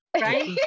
Right